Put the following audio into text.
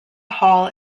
hall